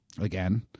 Again